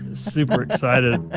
super excited